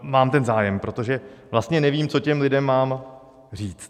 Mám ten zájem, protože vlastně nevím, co těm lidem mám říct.